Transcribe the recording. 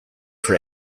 for